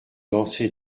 dansé